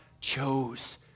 chose